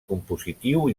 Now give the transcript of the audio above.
compositiu